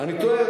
אני טועה,